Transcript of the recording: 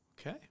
Okay